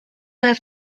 have